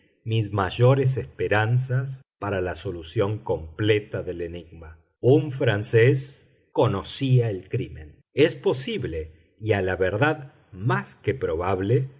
mis mayores esperanzas para la solución completa del enigma un francés conocía el crimen es posible y a la verdad más que probable